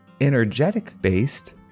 energetic-based